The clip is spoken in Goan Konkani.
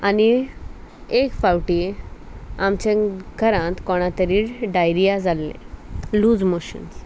आनी एक फावटी आमच्या घरांत कोणा तरी डायरिया जाल्ले लूज मोशन्स